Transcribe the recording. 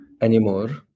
anymore